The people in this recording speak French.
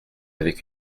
avec